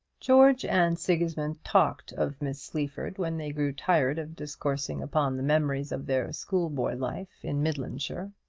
george and sigismund talked of miss sleaford when they grew tired of discoursing upon the memories of their schoolboy life in midlandshire.